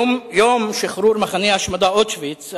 יום שחרור מחנה ההשמדה אושוויץ,